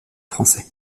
français